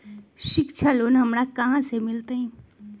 शिक्षा लोन हमरा कहाँ से मिलतै?